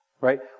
right